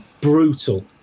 brutal